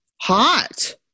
Hot